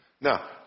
Now